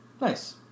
Nice